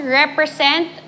represent